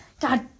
God